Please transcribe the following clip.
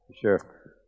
sure